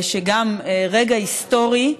גם זה רגע היסטורי,